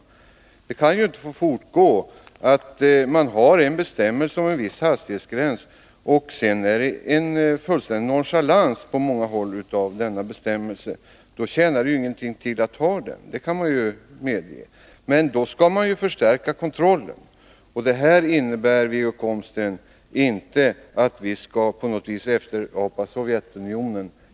Det förhållandet kan inte få fortgå att det finns en bestämmelse om en viss hastighetsgräns och att man sedan på många håll fullständigt nonchalerar denna bestämmelse. Då tjänar det ju ingenting till att ha bestämmelsen — det måste man medge, och då skall kontrollen förstärkas. Detta innebär inte, Wiggo Komstedt, att vi på något sätt skulle efterapa förhållandena i Sovjet.